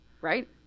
Right